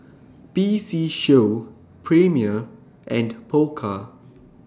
P C Show Premier and Pokka